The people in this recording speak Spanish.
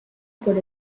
por